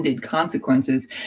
consequences